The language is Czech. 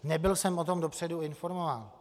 Nebyl jsem o tom dopředu informován.